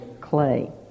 clay